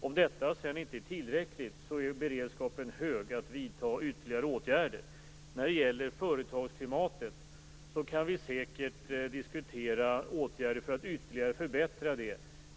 Om detta sedan inte är tillräckligt är beredskapen hög att vidta ytterligare åtgärder. Vi kan säkert diskutera åtgärder för att ytterligare förbättra företagsklimatet.